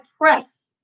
press